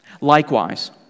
Likewise